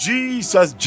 Jesus